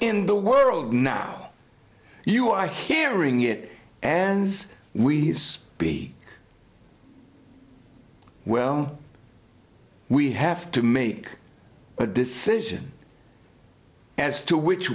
in the world now you are hearing it and we be well we have to make a decision as to which